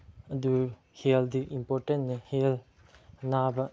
ꯑꯗꯨ ꯍꯦꯜꯠꯇꯤ ꯏꯝꯄꯣꯔꯇꯦꯟꯅꯦ ꯍꯦꯜꯠ ꯑꯅꯥꯕ